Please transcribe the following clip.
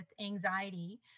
anxiety